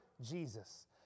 Jesus